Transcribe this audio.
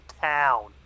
town